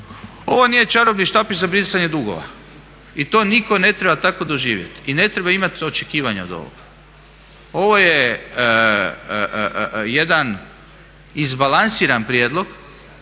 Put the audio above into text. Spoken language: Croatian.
ovo nije čarobni štapić za brisanje dugova i to nitko ne treba tako doživjeti i ne treba imati očekivanja od ovoga. Ovo je jedan izbalansiran prijedlog,